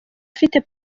afite